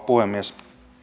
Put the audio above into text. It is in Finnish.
puhemies